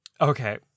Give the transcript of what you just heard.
Okay